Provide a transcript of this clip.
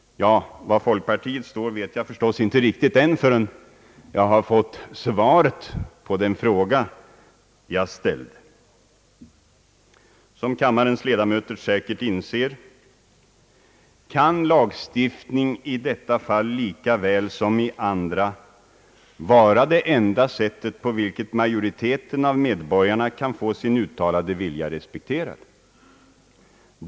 Ja, var folkpartiet står vet jag förstås inte riktigt förrän jag fått svaret på den fråga jag ställt. Som kammarens ledamöter säkert inser kan lagstiftning i detta fall likaväl som i andra vara det enda sättet på vilket majoriteten av medborgarna kan få sin uttalade vilja respekterad.